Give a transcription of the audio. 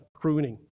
pruning